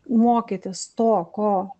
mokytis to ko